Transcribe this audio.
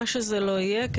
מה שזה לא יהיה,